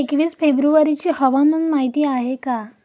एकवीस फेब्रुवारीची हवामान माहिती आहे का?